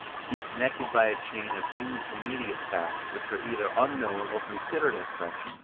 to be connected by a chain of intermediate facts which are either unknown or considered as such,